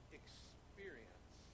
experience